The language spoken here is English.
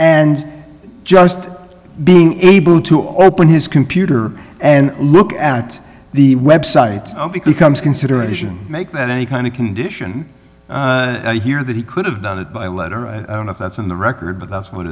and just being able to open his computer and look at the website becomes consideration make that any kind of condition here that he could have done it by letter i don't know if that's in the record but that's what